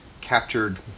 Captured